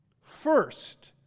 First